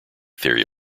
theory